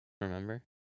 Remember